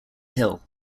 hill